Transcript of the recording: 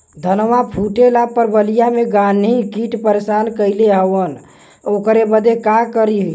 धनवा फूटले पर बलिया में गान्ही कीट परेशान कइले हवन ओकरे बदे का करे होई?